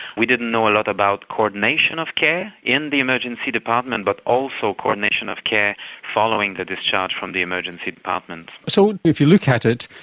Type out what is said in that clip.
we didn't know a lot about coordination of care in the emergency department but also coordination of care following the discharge from the emergency department. so if you look at it,